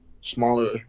smaller